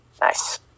Nice